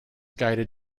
guided